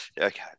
Okay